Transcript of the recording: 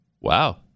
Wow